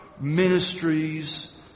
ministries